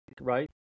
right